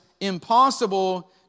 impossible